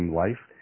life